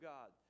God